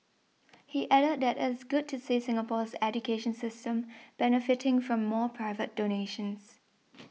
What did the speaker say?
he added that it's good to see Singapore's education system benefiting from more private donations